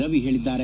ರವಿ ಹೇಳಿದ್ದಾರೆ